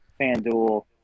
FanDuel